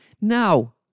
Now